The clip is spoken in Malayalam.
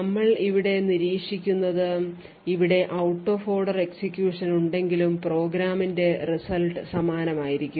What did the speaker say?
ഞങ്ങൾ ഇവിടെ നിരീക്ഷിക്കുന്നത് ഇവിടെ ഔട്ട് ഓഫ് ഓർഡർ എക്സിക്യൂഷൻ ഉണ്ടെങ്കിലും പ്രോഗ്രാമിന്റെ result സമാനമായിരിക്കും